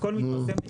הכל מתפרסם בשימוע.